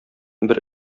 бер